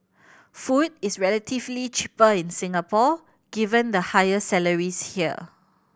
food is relatively cheaper in Singapore given the higher salaries here